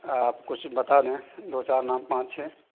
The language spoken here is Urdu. آپ کچھ بتا دیں دو چار نام پانچ چھ